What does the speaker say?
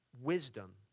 wisdom